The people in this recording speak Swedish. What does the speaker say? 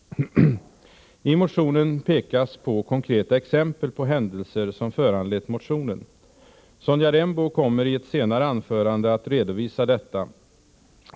I motionen pekas på konkreta exempel på händelser som föranlett motionen. Sonja Rembo kommer i ett senare anförande att redovisa detta.